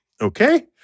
Okay